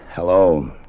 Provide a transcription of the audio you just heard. Hello